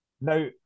Now